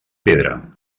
pedra